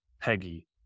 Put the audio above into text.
Peggy